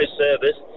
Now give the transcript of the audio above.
service